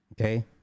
okay